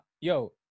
Yo